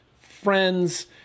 friends